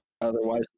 Otherwise